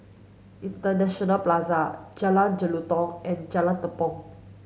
International Plaza Jalan Jelutong and Jalan Tepong